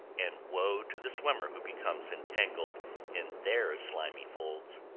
and woe to the swimmer who becomes entangled in their slimy folds.